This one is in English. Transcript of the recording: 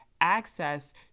access